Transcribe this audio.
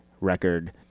record